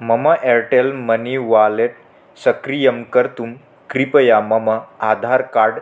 मम Airtel money wallet सक्रियं कर्तुं कृपया मम आधार् कार्ड्